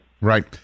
Right